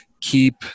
keep